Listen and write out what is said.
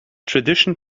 tradition